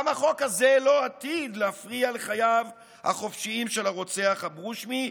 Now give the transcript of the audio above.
גם החוק הזה לא עתיד להפריע לחייו החופשיים של הרוצח אברושמי,